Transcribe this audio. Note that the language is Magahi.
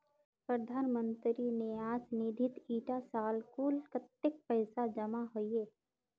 प्रधानमंत्री न्यास निधित इटा साल कुल कत्तेक पैसा जमा होइए?